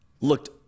looked